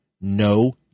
No